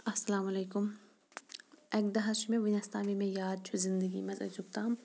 اَسلامُ علیکُم اَکہِ دۄہَس چھِ مےٚ وُنِس تام یہِ مےٚ یاد چھُ زندگی منٛز أزیُٚک تام